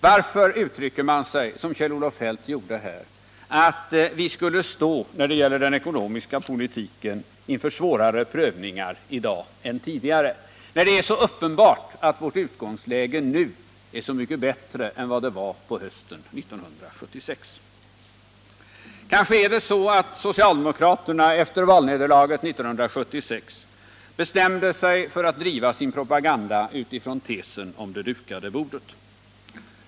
Varför uttrycker man sig, som Kjell-Olof Feldt gjorde här, så att vi när det gäller den ekonomiska politiken skulle stå inför svårare prövningar i dag än tidigare, när det är så uppenbart att vårt utgångsläge är så mycket bättre än det var på hösten 1976? Kanske är det så att socialdemokraterna efter valnederlaget 1976 bestämde sig för att driva sin propaganda utifrån tesen om det dukade bordet.